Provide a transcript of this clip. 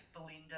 Belinda